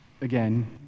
again